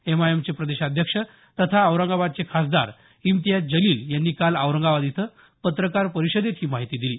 एमआयएमचे प्रदेशाध्यक्ष तथा औरंगाबादचे खासदार इम्तियाज जलिल यांनी काल औरंगाबाद इथं पत्रकार परिषदेत ही माहिती दिली